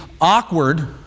awkward